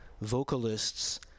vocalists